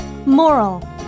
Moral